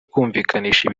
kumvikanisha